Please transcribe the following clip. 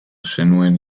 zenuen